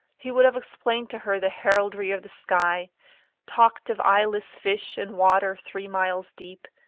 he would have explained to her the heraldry of the sky talked of eyeless fish in water three miles deep.